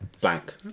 Blank